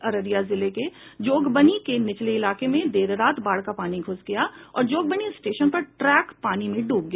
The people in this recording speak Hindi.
अररिया जिले के जोगबनी के निचले इलाके में देर रात बाढ़ का पानी घुस गया और जोगबनी स्टेशन पर ट्रैक पानी में डूब गया